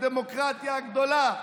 הדמוקרטיה הגדולה,